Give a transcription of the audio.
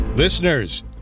Listeners